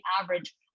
average